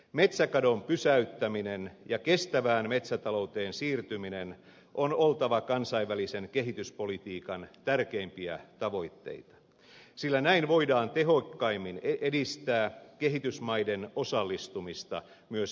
metsäkadon pysäyttämisen ja kestävään metsätalouteen siirtymisen on oltava kansainvälisen kehityspolitiikan tärkeimpiä tavoitteita sillä näin voidaan tehokkaimmin edistää kehitysmaiden osallistumista myös ilmastotalkoisiin